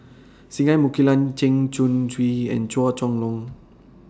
Singai Mukilan Chen Chong Swee and Chua Chong Long